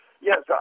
Yes